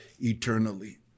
eternally